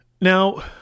now